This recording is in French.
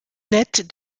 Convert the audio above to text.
nette